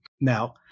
Now